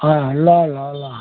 अँ ल ल ल